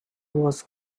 was